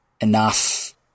enough